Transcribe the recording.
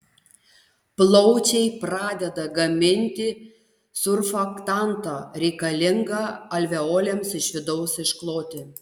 plaučiai pradeda gaminti surfaktantą reikalingą alveolėms iš vidaus iškloti